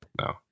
No